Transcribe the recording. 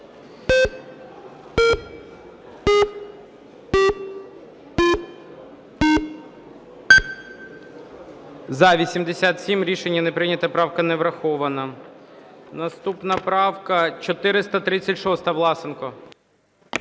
За-87 Рішення не прийнято. Правка не врахована. Наступна правка 436. Власенко.